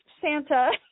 Santa